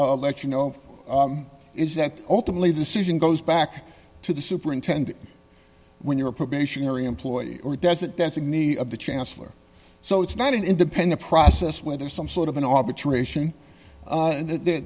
doesn't let you know is that ultimately decision goes back to the superintendent when you're a probationary employee or does it designee of the chancellor so it's not an independent process where there's some sort of an arbitration that they're